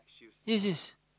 yes yes